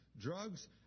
Drugs